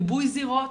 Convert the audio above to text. ריבוי זירות,